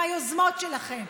עם היוזמות שלכם,